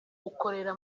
ukorera